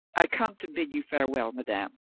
i come to bid you farewell, madame,